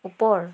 ওপৰ